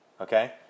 okay